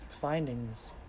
findings